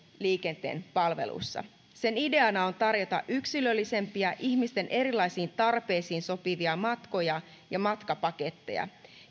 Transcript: liikenteen palveluissa sen ideana on tarjota yksilöllisempiä ihmisten erilaisiin tarpeisiin sopivia matkoja ja matkapaketteja